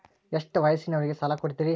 ಎಷ್ಟ ವಯಸ್ಸಿನವರಿಗೆ ಸಾಲ ಕೊಡ್ತಿರಿ?